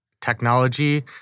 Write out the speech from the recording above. technology